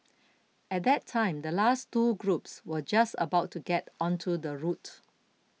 at that time the last two groups were just about to get onto the route